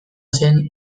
zen